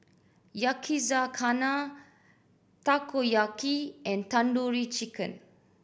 Yakizakana Takoyaki and Tandoori Chicken